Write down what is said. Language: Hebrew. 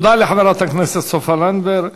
תודה לחברת הכנסת סופה לנדבר.